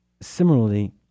Similarly